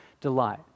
delight